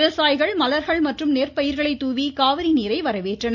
விவசாயிகள் மலர்கள் மற்றும் நெற்பயிர்களை தூவி காவிரி நீரை வரவேற்றனர்